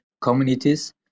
communities